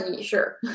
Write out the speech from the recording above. sure